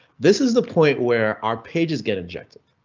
this is the point. where are pages get injected.